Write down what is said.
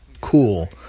cool